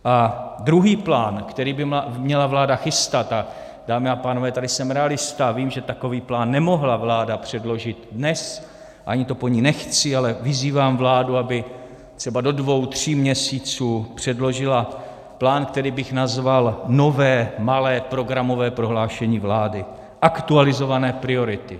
A druhý plán, který by měla vláda chystat, a dámy a pánové, tady jsem realista a vím, že takový plán nemohla vláda předložit dnes, ani to po ní nechci, ale vyzývám vládu, aby třeba do dvou tří měsíců předložila plán, který bych nazval nové malé programové prohlášení vlády aktualizované priority.